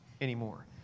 anymore